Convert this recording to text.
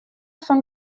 fan